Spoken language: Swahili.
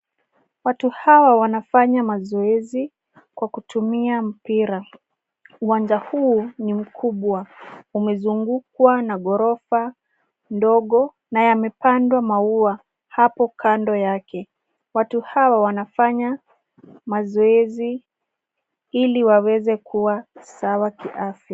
Watu hawa wanafanya mazoezi kwa kutumia mpira. Uwanja huu ni mkubwa. Umezungukwa na ghorofa ndogo na yamepandwa maua hapo kando yake. Watu hawa wanafanya mazoezi ili waweze kuwa sawa kiafya.